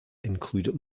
include